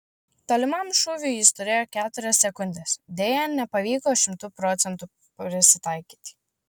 tolimam šūviui jis turėjo keturias sekundes deja nepavyko šimtu procentų prisitaikyti